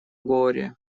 горе